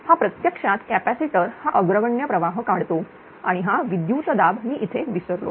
हा प्रत्यक्षात कॅपॅसिटर हा अग्रगण्य प्रवाह काढतो आणि हा विद्युत दाब मी इथे विसरलो